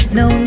no